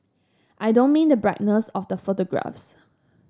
I don't mean the brightness of the photographs